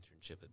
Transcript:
internship